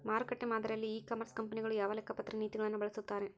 ಮಾರುಕಟ್ಟೆ ಮಾದರಿಯಲ್ಲಿ e commerce ಕಂಪನಿಗಳು ಯಾವ ಲೆಕ್ಕಪತ್ರ ನೇತಿಗಳನ್ನು ಬಳಸುತ್ತಾರೆ?